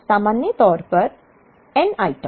सामान्य तौर पर n आइटम